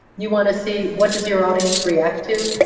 you want to see what does your audience react to.